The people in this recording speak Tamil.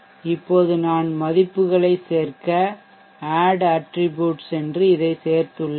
இப்போது நான் மதிப்புகளை சேர்க்க add attribute சென்று இதைச் சேர்த்துள்ளேன்